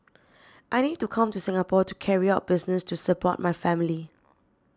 I need to come to Singapore to carry out business to support my family